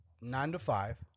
nine-to-five